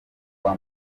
kwa